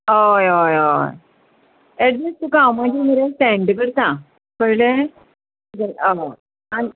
हय हय हय एड्रेस तुका हांव मागीर मरे सेंड करता कळ्ळें हय आनी